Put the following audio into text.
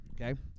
Okay